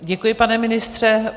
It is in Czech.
Děkuji, pane ministře.